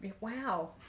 wow